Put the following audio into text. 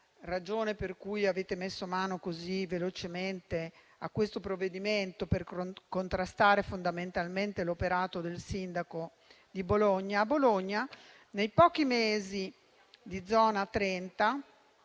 ragione per cui avete messo mano così velocemente a questo provvedimento, per contrastare fondamentalmente l'operato del sindaco di Bologna, nei pochi mesi di zona 30